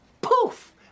poof